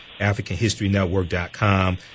AfricanHistoryNetwork.com